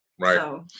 Right